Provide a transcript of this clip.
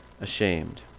ashamed